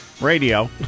radio